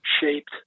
shaped